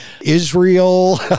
Israel